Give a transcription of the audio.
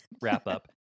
wrap-up